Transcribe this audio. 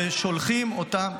ושולחים אותם,